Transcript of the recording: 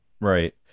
right